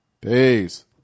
Peace